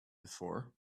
before